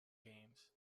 games